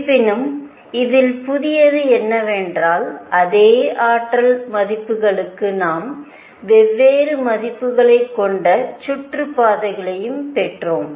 இருப்பினும் இதில் புதியது என்னவென்றால் அதே ஆற்றல் மதிப்புகளுக்கு நாம் வெவ்வேறு மதிப்புகளைக் கொண்ட சுற்றுப்பாதைகளையும் பெற்றோம்